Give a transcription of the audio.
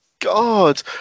god